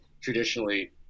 traditionally